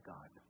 God